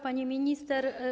Pani Minister!